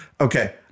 Okay